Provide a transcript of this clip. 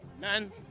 None